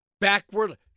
Backward